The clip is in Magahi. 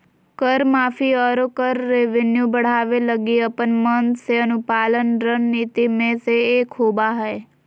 कर माफी, आरो कर रेवेन्यू बढ़ावे लगी अपन मन से अनुपालन रणनीति मे से एक होबा हय